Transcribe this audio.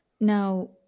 Now